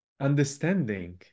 understanding